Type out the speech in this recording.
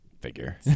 figure